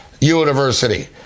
University